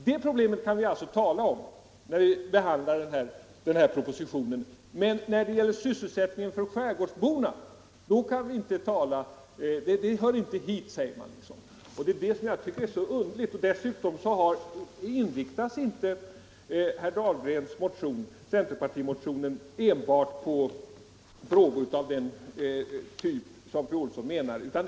Det problemet kan vi alltså tala om när vi behandlar den här propositionen, men frågan om sysselsättning för skärgårdsborna kan vi inte tala om, för den hör inte hit, säger man. Det är detta som jag tycker är så underligt. Därtill kommer att centerpartimotionen inte inriktas enbart på frågor av den typ som fru Olsson i Hölö avser.